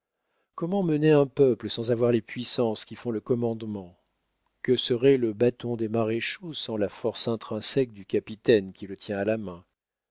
comment mener un peuple sans avoir les puissances qui font le commandement que serait le bâton des maréchaux sans la force intrinsèque du capitaine qui le tient à la main